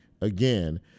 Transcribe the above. again